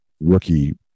rookie